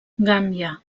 gàmbia